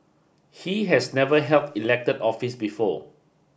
he has never held elected office before